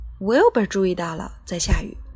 Wilbur注意到了在下雨